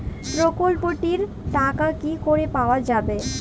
প্রকল্পটি র টাকা কি করে পাওয়া যাবে?